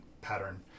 pattern